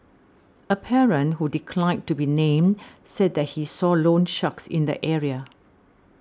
a parent who declined to be named said that he saw loansharks in the area